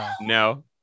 No